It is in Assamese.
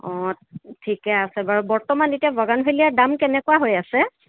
অঁ ঠিকেই আছে বাৰু বৰ্তমান এতিয়া বাগানভেলিয়াৰ দাম কেনেকুৱা হৈ আছে